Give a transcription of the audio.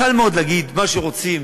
קל מאוד להגיד מה שרוצים